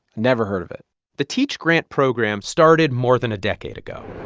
never heard of it the teach grant program started more than a decade ago